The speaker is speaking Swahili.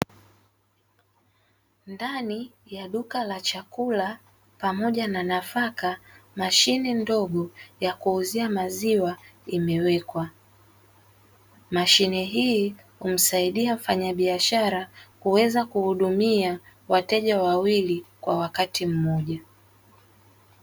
Ndani ya duka la chakula pamoja na nafaka, mashine ndogo ya kuuzia maziwa imewekwa. Mashine hii humsaidia mfanyabiashara kuweza kuhudumia wateja wawili kwa wakati mmoja.